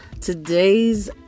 Today's